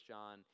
John